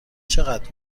چقدر